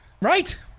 Right